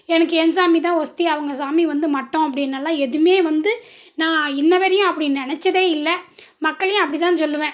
எனக்கு என் சாமிதான் ஒஸ்தி அவங்க சாமி வந்து மட்டம் அப்படினலாம் எதுவுமே வந்து நான் இன்னி வரையும் அப்படி நினைச்சதே இல்லை மக்களையும் அப்படிதான் சொல்லுவேன்